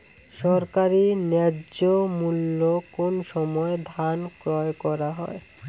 সরকারি ন্যায্য মূল্যে কোন সময় ধান ক্রয় করা হয়?